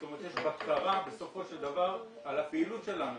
זאת אומרת, יש בקרה בסופו של דבר על הפעילות שלנו.